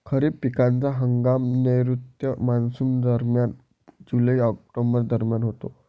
खरीप पिकांचा हंगाम नैऋत्य मॉन्सूनदरम्यान जुलै ऑक्टोबर दरम्यान होतो